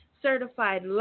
certified